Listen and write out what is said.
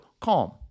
CALM